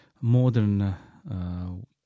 modern